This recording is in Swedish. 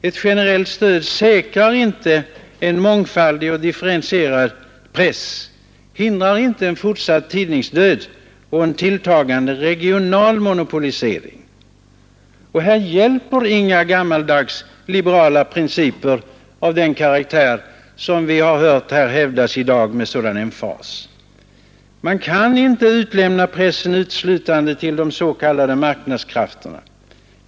Ett generellt stöd säkrar inte en mångfaldig och differentierad press, hindrar inte en fortsatt tidningsdöd och en tilltagande regional monopolisering. Här hjälper inga gammalliberala principer av den karaktär som vi har hört hävdas här i dag med sådan emfas. Man kan inte utlämna pressen uteslutande till de s.k. marknadskrafterna.